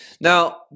Now